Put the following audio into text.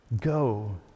Go